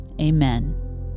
amen